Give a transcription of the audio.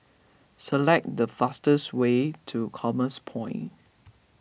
select the fastest way to Commerce Point